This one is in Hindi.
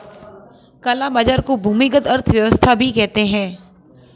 काला बाजार को भूमिगत अर्थव्यवस्था भी कहते हैं